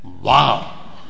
Wow